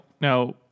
now